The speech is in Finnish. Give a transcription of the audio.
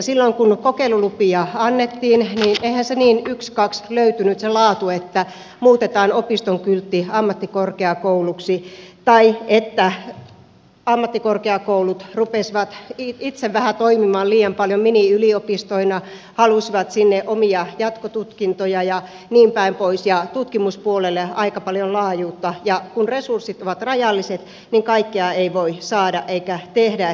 silloin kun kokeilulupia annettiin niin eihän niin ykskaks löytynyt se laatu että muutetaan opiston kyltti ammattikorkeakouluksi tai että ammattikorkeakoulut rupesivat itse vähän toimimaan liian paljon miniyliopistoina halusivat sinne omia jatkotutkintoja ja niinpäin pois ja tutkimuspuolelle aika paljon laajuutta ja kun resurssit ovat rajalliset niin kaikkea ei voi saada eikä tehdä